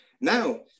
Now